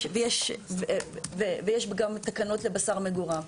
יש גם תקנות לבשר מגורם.